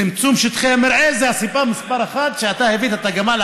צמצום שטחי המרעה זה הסיבה מספר אחת שאתה הבאת את הגמל.